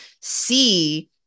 see